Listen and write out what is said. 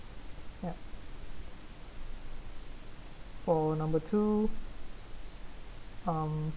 yup for number two um